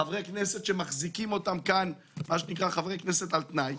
חברי כנסת שמחזיקים אותם כאן כחברי כנסת על תנאי.